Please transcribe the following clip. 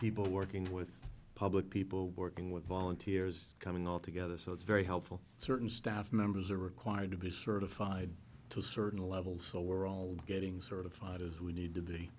people working with public people working with volunteers coming all together so it's very helpful certain staff members are required to be certified to a certain level so we're all getting sort of fighters we need to be